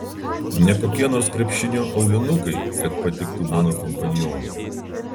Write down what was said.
ne kokie nors krepšinio aulinukai kad patiktų mano kompanionui